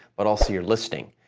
but also your listing.